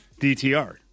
DTR